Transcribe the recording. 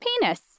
penis